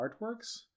artworks